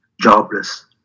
Jobless